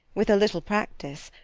with a little practice,